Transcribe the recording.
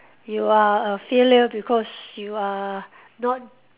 you are a failure because you are not